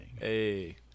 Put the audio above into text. Hey